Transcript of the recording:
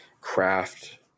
craft